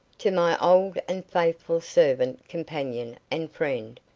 to my old and faithful servant, companion, and friend,